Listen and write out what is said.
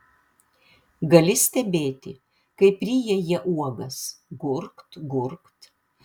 gali stebėti kaip ryja jie uogas gurkt gurkt